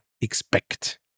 expect